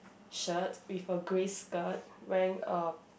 shirt with a grey skirt wearing a